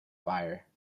fire